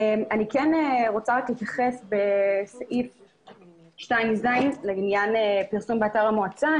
אני כן רוצה להתייחס לסעיף 2(ז) לעניין פרסום באתר המועצה.